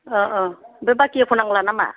अह अह बे बाखि एख' नांला ना मा